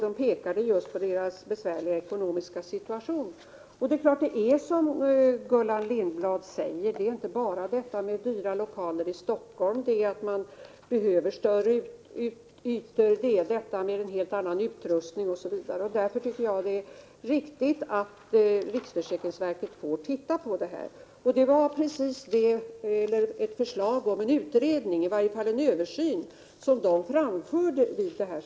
De pekade just på sin besvärliga ekonomiska situation. Det förhåller sig naturligtvis som Gullan Lindblad säger, nämligen att sjukgymnasternas svårigheter inte enbart handlar om dyra lokaler i Stockholm. Sjukgymnasterna behöver stora ytor, de behöver en helt annan utrustning osv. Därför tycker jag att det är riktigt att riksförsäkringsverket får se över detta. Och det var just önskemål om en utredning, eller i varje fall en översyn, som sjukgymnasterna framförde.